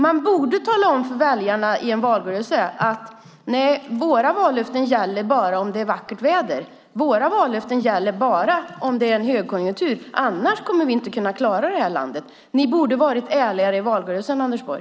Man borde tala om för väljarna i en valrörelse att vallöftena gäller bara om det är vackert väder, bara om det är högkonjunktur, annars kommer man inte att klara landet. Ni borde ha varit ärligare i valrörelsen, Anders Borg.